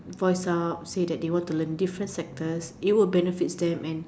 voice out say that they want to learn different sectors it will benefit them and